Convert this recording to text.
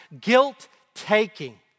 guilt-taking